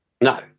No